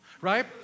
right